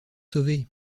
sauver